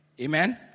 Amen